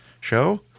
show